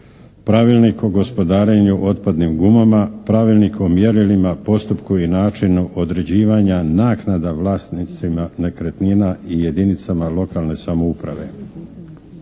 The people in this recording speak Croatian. Pravilnik o gospodarenju otpadnim gumama, Pravilnik o mjerilima, postupku i načinu određivanja naknada vlasnicima nekretnina i jedinicama lokalne samouprave.